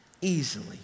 easily